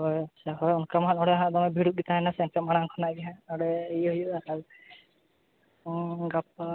ᱦᱳᱭ ᱟᱪᱪᱷᱟ ᱚᱱᱠᱟ ᱢᱟ ᱱᱚᱰᱮ ᱦᱟᱸᱜ ᱫᱚᱢᱮ ᱵᱷᱤᱲ ᱜᱮ ᱛᱟᱦᱮᱱᱟ ᱥᱮ ᱢᱟᱲᱟᱝ ᱠᱷᱚᱱᱟᱜ ᱜᱮ ᱦᱟᱸᱜ ᱱᱚᱰᱮ ᱤᱭᱟᱹ ᱦᱩᱭᱩᱜᱼᱟ ᱜᱟᱯᱟ